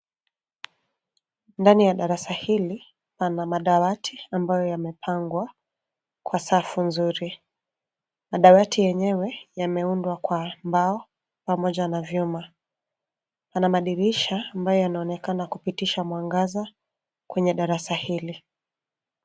Ndani ya darasa hili pana madawati ambayo yamepangwa kwa safu nzuri. Madawati yenyewe yameundwa kwa mbao pamoja na vyuma. Kuna madirisha ambayo yanaonekana kupitisha mwangaza kwenye darasa hili.